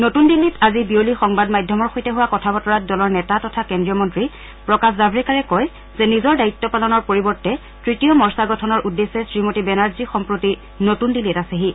নতুন দিল্লীত আজি বিয়লি সংবাদমাধ্যমৰ সৈতে হোৱা কথা বতৰাত দলৰ নেতা তথা কেন্দ্ৰীয় মন্ত্ৰী প্ৰকাশ জান্ৰেকাৰে কয় যে নিজৰ দায়িত্ব পালনৰ পৰিবৰ্তে তৃতীয় মৰ্চা গঠনৰ উদ্দেশ্যে শ্ৰীমতী বেনাৰ্জী সম্প্ৰতি নতুন দিল্লীত আছেহি